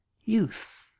youth